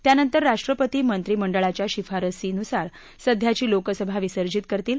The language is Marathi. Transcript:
त्यानंतर राष्ट्रपती मंत्रीमंडळाच्या शिफारशीनुसार सध्याची लोकसभा विसर्जित करतील